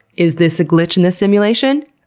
is this a glitch in the simulation?